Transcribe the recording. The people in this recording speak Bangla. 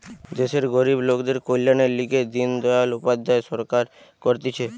দেশের গরিব লোকদের কল্যাণের লিগে দিন দয়াল উপাধ্যায় সরকার করতিছে